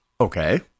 okay